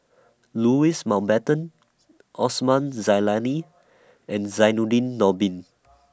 Louis Mountbatten Osman Zailani and Zainudin Nordin